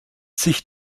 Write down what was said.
sich